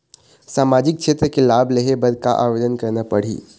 सामाजिक क्षेत्र के लाभ लेहे बर का आवेदन करना पड़ही?